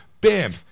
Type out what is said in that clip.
bam